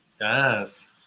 Yes